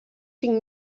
cinc